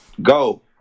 Go